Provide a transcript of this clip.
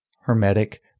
hermetic